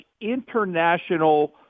international